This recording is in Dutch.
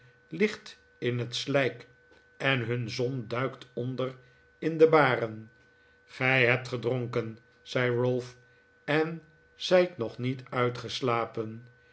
ligt in het slijk en hun zon duikt onder in de baren gij hebt gedronken zei ralph en zijt nog niet uitgeslapen